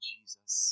Jesus